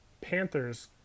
Panthers